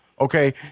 Okay